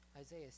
Isaiah